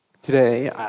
Today